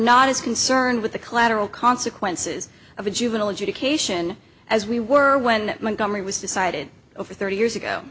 not as concerned with the collateral consequences of a juvenile adjudication as we were when montgomery was decided over thirty years ago